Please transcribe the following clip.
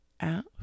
out